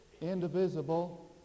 indivisible